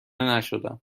نشدم